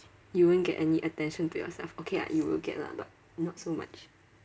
you won't get any attention to yourself okay ah you will get lah but not so much